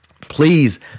Please